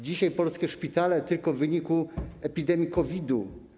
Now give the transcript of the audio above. Dzisiaj polskie szpitale tylko w wyniku epidemii COVID.